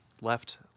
left